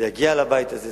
וזה יגיע לבית הזה,